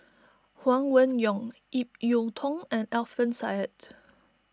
Huang Wenhong Ip Yiu Tung and Alfian Sa'At